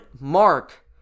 mark